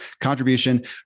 contribution